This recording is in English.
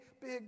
big